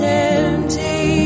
empty